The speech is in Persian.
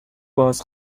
باز